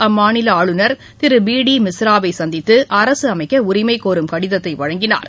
அம்மாநில ஆளுநர் Thiru P D மிஸ்ராவை சந்தித்து அரசு அமைக்க உரிமை கோரும் கடிதத்தை வழங்கினார்